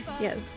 Yes